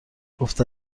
گفت